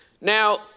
Now